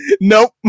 Nope